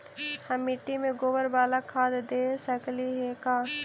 हम मिट्टी में गोबर बाला खाद दे सकली हे का?